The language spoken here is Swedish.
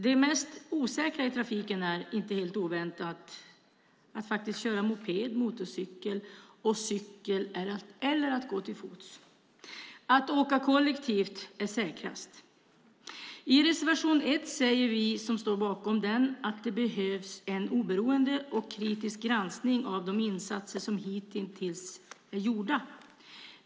Det mest osäkra i trafiken är, inte helt oväntat, att köra moped, motorcykel och cykel eller att gå till fots. Att åka kollektivt är säkrast. I reservation 1 säger vi som står bakom den att det behövs en oberoende och kritisk granskning av de insatser som hittills är gjorda.